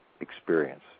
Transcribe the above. experience